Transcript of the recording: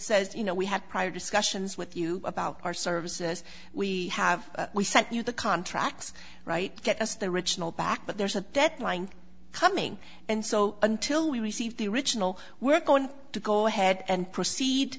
says you know we had prior discussions with you about our services we have we sent you the contracts right get us the original back but there's a deadline coming and so until we receive the original we're going to go ahead and proceed